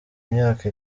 imyaka